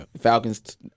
Falcons